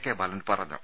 K Balan പറഞ്ഞു